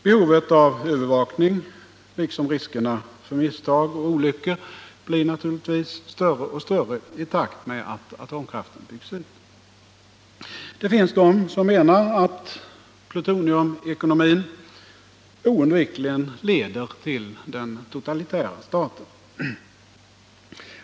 Behovet av övervakning blir större och större, och riskerna för misstag och olyckor ökar naturligtvis i takt med att atomkraften byggs ut. Det finns de som menar att plutoniumekonomin oundvikligen leder till den totalitära staten.